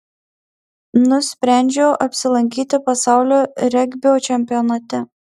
nusprendžiau apsilankyti pasaulio regbio čempionate